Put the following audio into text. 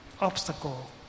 obstacle